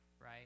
right